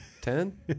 Ten